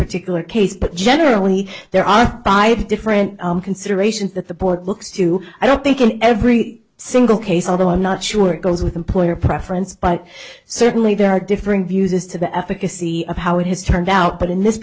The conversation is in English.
particular case but generally there are five different considerations that the board looks to i don't think in every single case although i'm not sure it goes with employer preference but certainly there are differing views as to the efficacy of how it has turned out but in this